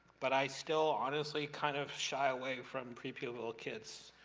but i still honestly kind of shy away from pre-pubertal kids,